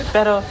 Pero